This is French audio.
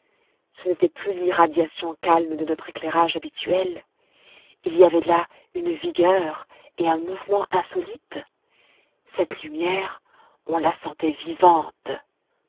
ce n'était plus l'irradiation calme de notre éclairage habituel il y avait là une vigueur et un mouvement insolites cette lumière on la sentait vivante